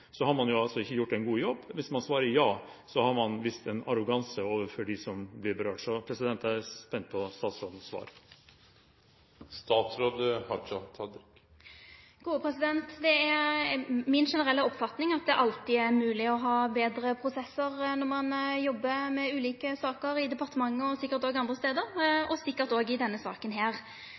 har man ikke gjort en god jobb. Hvis statsråden svarer ja, har man vist arroganse overfor dem som er berørt. Jeg er spent på statsrådens svar. Det er mi generelle oppfatning at det alltid er mogleg å ha betre prosessar når ein jobbar med ulike saker i departementet, sikkert òg andre stader, og sikkert òg i denne